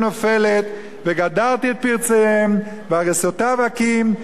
את פרציהן והריסֹתיו אקים ובניתיה כימי עולם".